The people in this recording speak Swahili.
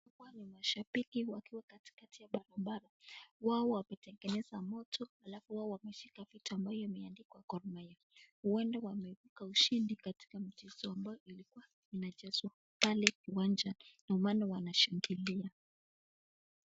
Hawa ni mashabiki wakiwa katikati ya barabara, wao wametengeneza moto alafu wao wameshika vitu ambavyo imeandikwa Gor Mahia. Huenda wameipuka ushindi katika mchezo ambao ilikuwa inachezwa pale kiwanja, ndio maana wanashangilia.